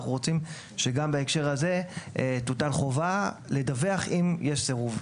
ואנחנו רוצים שגם בהקשר הזה תוטל חובה לדווח אם יש סירוב.